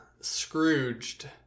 Scrooged